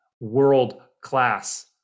world-class